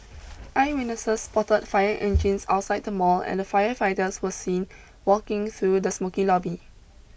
eyewitnesses spotted fire engines outside the mall and firefighters were seen walking through the smokey lobby